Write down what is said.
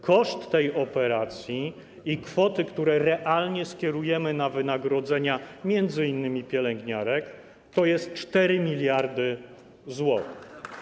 Koszt tej operacji i kwoty, które realnie skierujemy na wynagrodzenia, m.in. pielęgniarek, to jest 4 mld zł.